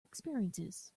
experiences